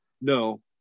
No